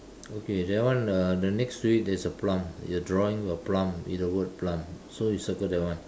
okay that one uh then next to it there's a plum your drawing will plum with the word plum so you circle that one